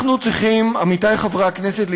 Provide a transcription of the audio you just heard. עמיתי חברי הכנסת,